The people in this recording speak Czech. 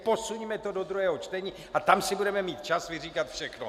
Posuňme to do druhého čtení a pak budeme mít čas vyříkat si všechno.